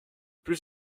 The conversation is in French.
plus